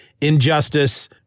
Injustice